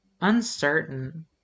Uncertain